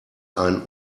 ein